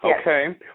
Okay